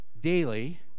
daily